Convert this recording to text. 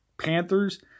Panthers